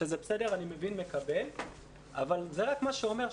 שזה בסדר,